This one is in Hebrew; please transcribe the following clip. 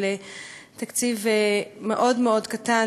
של תקציב מאוד מאוד קטן,